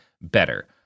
better